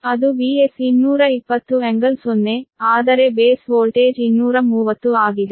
ಅದು Vs 220∟0 ಆದರೆ base voltage 230 ಆಗಿದೆ